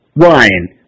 Ryan